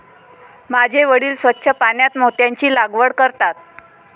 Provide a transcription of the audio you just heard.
माझे वडील स्वच्छ पाण्यात मोत्यांची लागवड करतात